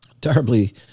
terribly